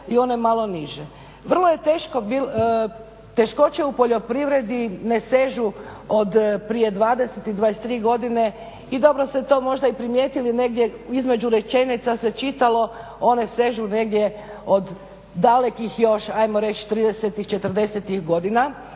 i one malo niže. Vrlo je teško bilo, teškoće u poljoprivredi ne sežu od prije 20 i 23 godine i dobro ste to možda i primijetili, negdje između rečenica se čitalo one sežu negdje od dalekih još, ajmo reći, 30-ih, 40-ih godina.